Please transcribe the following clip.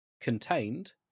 Contained